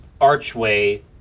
archway